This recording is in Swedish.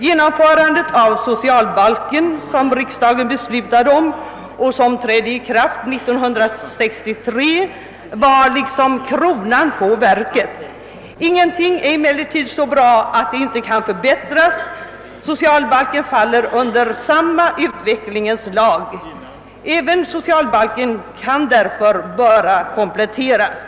Genomförandet av socialbalken, som riksdagen beslutade om och som trädde i kraft 1963, var kronan på verket. Ingenting är emellertid så bra att det inte kan förbättras. Socialbalken faller under samma utvecklingens lag och kan därför behöva kompletteras.